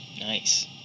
Nice